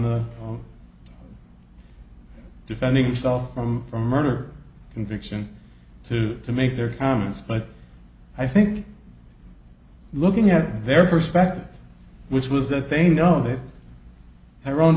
the defending himself from from murder conviction to make their comments but i think looking at their perspective which was that they know that i